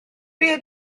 beth